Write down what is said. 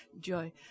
joy